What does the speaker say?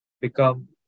become